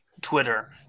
Twitter